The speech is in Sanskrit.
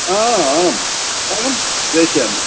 आम् अहं प्रेषयामि